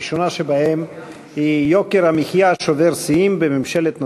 הראשונה שבהן היא: יוקר המחיה שובר שיאים בממשלת נתניהו,